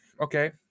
okay